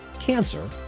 cancer